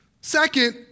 Second